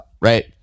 right